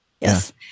Yes